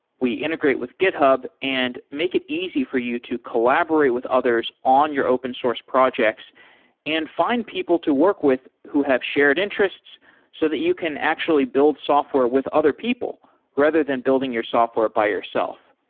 we integrate with github and make it easy for you to collaborate with others on your open source projects and find people to work with who have shared interests so that you can actually build software with other people rather than building your software by yourself.